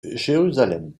jérusalem